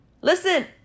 Listen